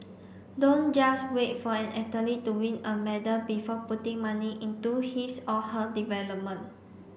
don't just wait for an athlete to win a medal before putting money into his or her development